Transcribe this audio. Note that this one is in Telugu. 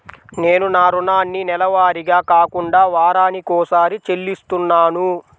నేను నా రుణాన్ని నెలవారీగా కాకుండా వారానికోసారి చెల్లిస్తున్నాను